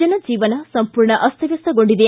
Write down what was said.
ಜನಜೀವನ ಸಂಪೂರ್ಣ ಅಸ್ತವ್ಯಸ್ತಗೊಂಡಿದೆ